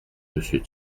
monsieur